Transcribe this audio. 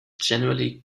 generally